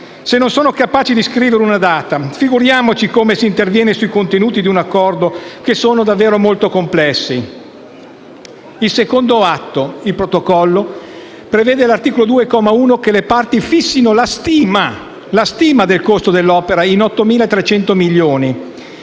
Se non si è capaci di scrivere una data, figuriamoci come si interviene sui contenuti di un Accordo che sono davvero molto complessi. Il secondo atto, il protocollo, prevede all'articolo 2, comma 1, che le parti fissino la stima del costo dell'opera in 8.300 milioni